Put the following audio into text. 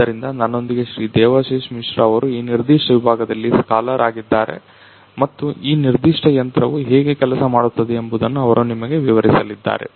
ಆದ್ದರಿಂದ ನನ್ನೊಂದಿಗೆ ಶ್ರೀ ದೇವಾಶಿಶ್ ಮಿಶ್ರಾ ಅವರು ಈ ನಿರ್ದಿಷ್ಟ ವಿಭಾಗದಲ್ಲಿ ಸ್ಕಾಲರ್ ಆಗಿದ್ದಾರೆ ಮತ್ತು ಈ ನಿರ್ದಿಷ್ಟ ಯಂತ್ರವು ಹೇಗೆ ಕೆಲಸ ಮಾಡುತ್ತದೆ ಎಂಬುದನ್ನು ಅವರು ನಿಮಗೆ ವಿವರಿಸಲಿದ್ದಾರೆ